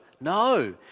no